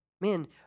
Man